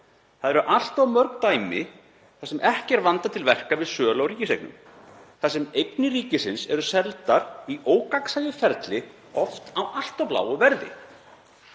Það eru allt of mörg dæmi þar sem ekki er vandað til verka við sölu á ríkiseignum, þar sem eignir ríkisins eru seldar í ógagnsæju ferli, oft á allt of lágu verði.